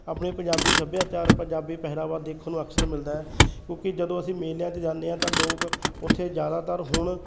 ਆਪਣੇ ਪੰਜਾਬੀ ਸੱਭਿਆਚਾਰ ਪੰਜਾਬੀ ਪਹਿਰਾਵਾ ਦੇਖਣ ਨੂੰ ਅਕਸਰ ਮਿਲਦਾ ਹੈ ਕਿਉਂਕਿ ਜਦੋਂ ਅਸੀਂ ਮੇਲਿਆਂ 'ਚ ਜਾਂਦੇ ਹਾਂ ਤਾਂ ਲੋਕ ਉੱਥੇ ਜ਼ਿਆਦਾਤਰ ਹੁਣ